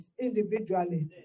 individually